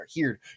heard